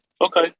Okay